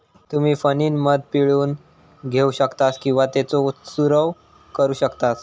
तुम्ही फणीनं मध पिळून घेऊ शकतास किंवा त्येचो चूरव करू शकतास